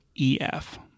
EF